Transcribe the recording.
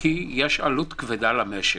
כי יש עלות כבדה למשק.